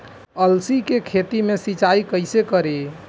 अलसी के खेती मे सिचाई कइसे करी?